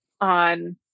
on